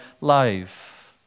life